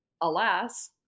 alas